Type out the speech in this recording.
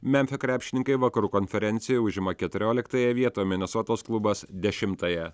memfio krepšininkai vakarų konferencijoje užima keturioliktąją vietą o minesotos klubas dešimtąją